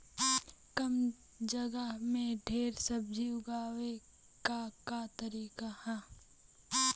कम जगह में ढेर सब्जी उगावे क का तरीका ह?